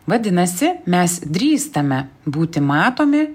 vadinasi mes drįstame būti matomi